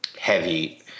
heavy